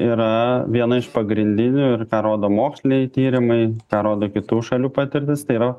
yra viena iš pagrindinių ir ką rodo moksliniai tyrimai ką rodo kitų šalių patirtis tai yra